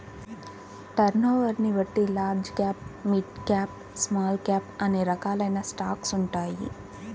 టర్నోవర్ని బట్టి large cap, mid cap, small cap అనే రకాలైన స్టాక్స్ ఉంటాయి